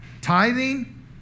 Tithing